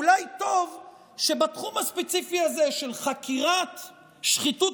אולי טוב שבתחום הספציפי הזה של חקירת שחיתות